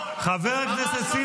חבר מפלגתך,